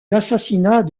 l’assassinat